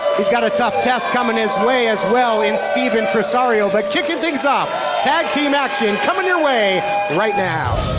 he's got a tough test coming his way, as well, in steven tresario, but kicking things off tag team action coming your way right now.